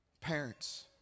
Parents